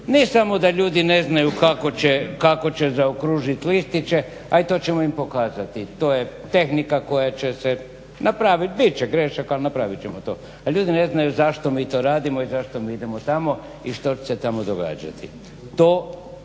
Ne samo da ljudi ne znaju kako će zaokružiti listiće a i to ćemo im pokazati. To je tehnika koja će se napraviti, bit će grešaka ali napravit ćemo to. ljudi ne znaju zašto mi to radimo i zašto mi idemo tamo i što će se tamo događati.